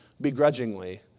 begrudgingly